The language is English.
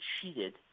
cheated